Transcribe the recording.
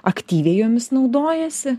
aktyviai jomis naudojasi